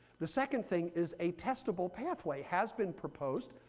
the second thing is a testable pathway has been proposed.